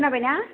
खोनाबायना